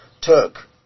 took